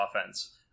offense